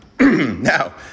Now